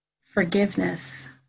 forgiveness